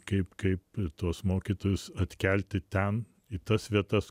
kaip kaip tuos mokytojus atkelti ten į tas vietas